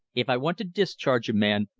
if i want to discharge a man,